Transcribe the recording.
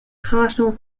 cardinal